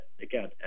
again